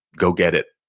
go get it.